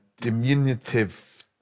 Diminutive